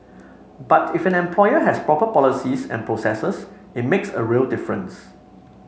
but if an employer has proper policies and processes it makes a real difference